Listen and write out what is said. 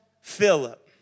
Philip